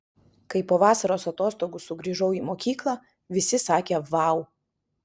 kai po vasaros atostogų sugrįžau į mokyklą visi sakė vau